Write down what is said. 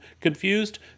Confused